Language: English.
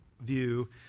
view